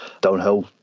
downhill